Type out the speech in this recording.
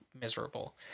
miserable